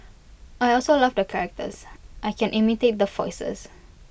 I also love the characters I can imitate the voices